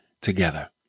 together